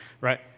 right